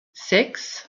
sechs